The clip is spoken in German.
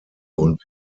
und